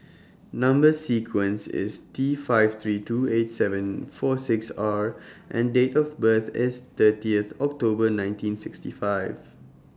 Number sequence IS T five three two eight seven four six R and Date of birth IS thirtyth October nineteen sixty five